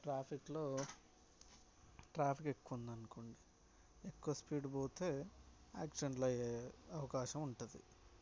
ట్రాఫిక్లో ట్రాఫిక్ ఎక్కువ ఉందనుకోండి ఎక్కువ స్పీడ్ పోతే యాక్సిడెంట్లు అయ్యే అవకాశం ఉంటుంది